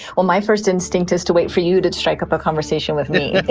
well, my first instinct is to wait for you to to strike up a conversation with me